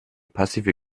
passive